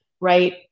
right